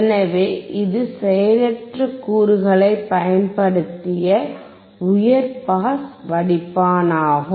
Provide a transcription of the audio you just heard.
எனவே இது செயலற்ற கூறுகளைப் பயன்படுத்திய உயர் பாஸ் வடிப்பானாகும்